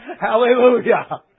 Hallelujah